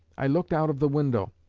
i looked out of the window,